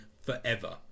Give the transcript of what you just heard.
forever